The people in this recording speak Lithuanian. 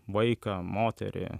vaiką moterį